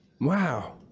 Wow